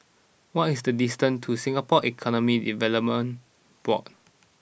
what is the distance to Singapore Economic Development Board